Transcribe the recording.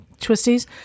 twisties